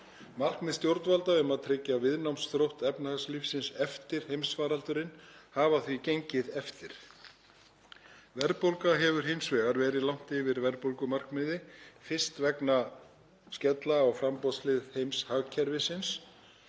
Markmið stjórnvalda um að tryggja viðnámsþrótt efnahagslífsins eftir heimsfaraldurinn hafa því gengið eftir. Verðbólga hefur hins vegar verið langt yfir verðbólgumarkmiði, fyrst vegna skella á framboðshlið heimshagkerfisins